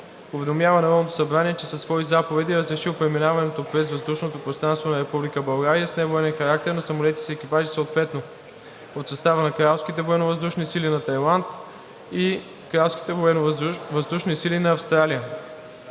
уведомява Народното събрание, че със свои заповеди е разрешил преминаването през въздушното пространство на Република България с невоенен характер на самолети с екипажи съответно от състава на Кралските военновъздушни